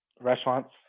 restaurants